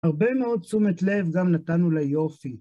הרבה מאוד תשומת לב גם נתנו ליופי.